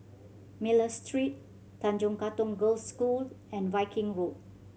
Miller Street Tanjong Katong Girls' School and Viking Road